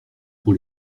pour